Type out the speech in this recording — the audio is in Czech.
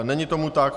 Není tomu tak.